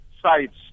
sites